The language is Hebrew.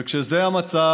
וכשזה המצב,